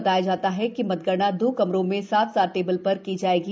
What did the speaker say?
बताया जाता है कि मतगणना दो कमरों में सात सात टेबल प्र की जाएगी